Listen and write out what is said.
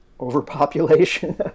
overpopulation